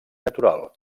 natural